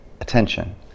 attention